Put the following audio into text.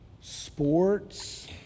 sports